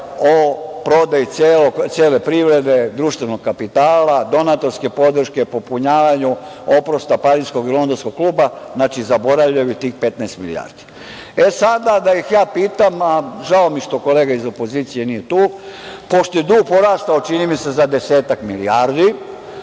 o prodaji cele privrede, društvenog kapitala, donatorske podrške, popunjavanju, oprosta Pariskog i Londonskog kluba. Znači, zaboravljaju tih 15 milijardi. Sada da ih pitam, žao mi je što kolega iz opozicije nije tu, pošto je dug porastao, čini mi se, za desetak milijardi,